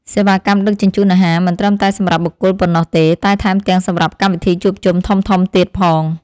សេវាកម្មដឹកជញ្ជូនអាហារមិនត្រឹមតែសម្រាប់បុគ្គលប៉ុណ្ណោះទេ តែថែមទាំងសម្រាប់កម្មវិធីជួបជុំធំៗទៀតផង។